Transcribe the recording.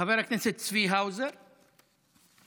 חבר הכנסת צבי האוזר, 260: